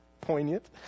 poignant